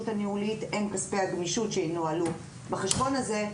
הניהולית הם כספי הגמישות שינוהלו בחשבון הזה,